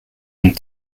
and